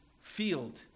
field